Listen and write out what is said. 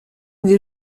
des